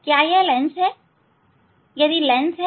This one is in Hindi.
क्या यह लेंस है